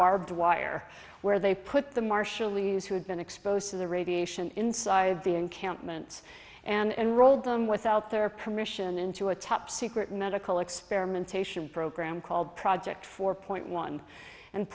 barbed wire where they put the marshallese who had been exposed to the radiation inside the encampments and rolled them without their permission into a top secret medical experimentation program called project four point one and